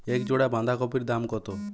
এক জোড়া বাঁধাকপির দাম কত?